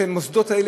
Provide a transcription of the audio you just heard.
שהמוסדות האלה,